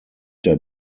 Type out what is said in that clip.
der